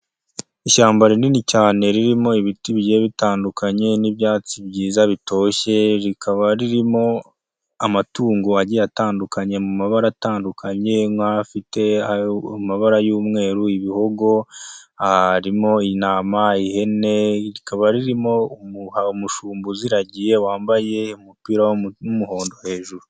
Ishyamba rinini cyane ririmo ibiti bigiye bitandukanye, n'ibyatsi byiza bitoshye, rikaba ririmo amatungo agiye atandukanye, mu mabara atandukanye nk'afite amabara y'umweru, ibihogo, harimo, intama, ihene, rikaba ririmo umushumba uziragiye, wambaye umupira w'umuhondo hejuru.